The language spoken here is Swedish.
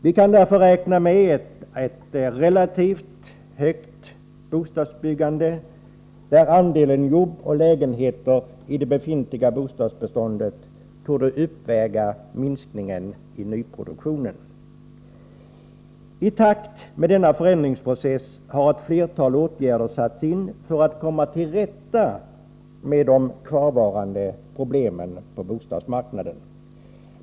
Vi kan därför räkna med ett relativt högt bostadsbyggande, där andelen jobb och lägenheter i det befintliga bostadsbeståndet torde uppväga minskningen i nyproduktionen. I takt med denna förändringsprocess har ett flertal åtgärder vidtagits för att komma till rätta med de kvarvarande problemen på bostadsmarknaden.